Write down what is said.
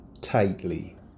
tightly